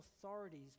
authorities